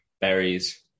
berries